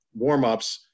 warmups